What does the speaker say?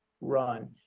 run